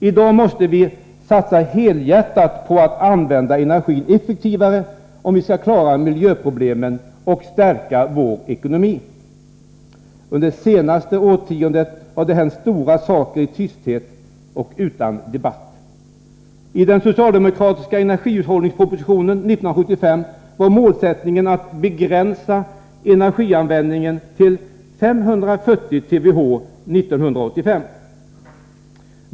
I dag måste vi satsa helhjärtat på att använda energi effektivare om vi skall klara miljöproblemen och stärka vår ekonomi. Under det senaste årtiondet har det hänt stora saker i tysthet och utan debatt. I den socialdemokratiska energihushållningspropositionen 1975 var målsättningen att begränsa energianvändningen till 540 TWh 1985.